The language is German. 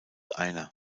einer